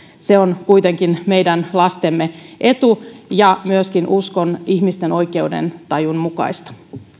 se on kuitenkin meidän lastemme etu ja myöskin uskon ihmisten oikeudentajun mukaista